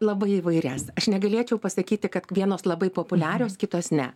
labai įvairias aš negalėčiau pasakyti kad vienos labai populiarios kitos ne